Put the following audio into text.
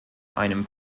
einem